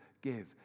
give